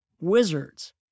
Wizards